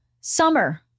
Summer